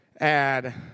add